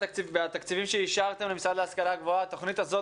בתקציבים שאישרתם למשרד להשכלה גבוהה התוכנית הזאת